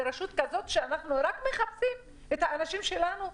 לרשות כזאת שאנחנו רק מחפשים את האנשים שלנו?